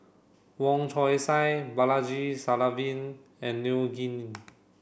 Wong Chong Sai Balaji Sadasivan and Neo Anngee